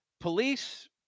police